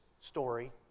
story